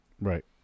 Right